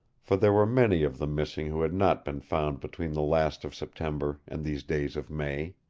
for there were many of the missing who had not been found between the last of september and these days of may.